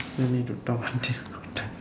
still need to talk some thing about the